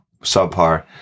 subpar